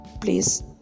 Please